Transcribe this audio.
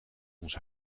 ons